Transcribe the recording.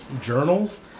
journals